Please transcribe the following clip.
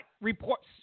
reports